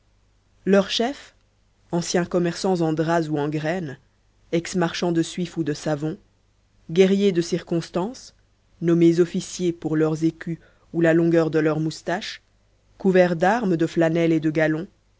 leurs chefs anciens commerçants en draps ou en graines ex marchands de suif ou de savon guerriers de circonstance nommés officiers pour leurs écus ou la longueur de leurs moustaches couverts d'armes de flanelle et de galons